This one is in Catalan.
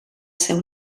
seu